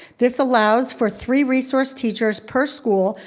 this allows for three resource teachers per school,